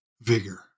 vigor